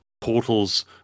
portals